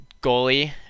goalie